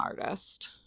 artist